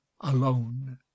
alone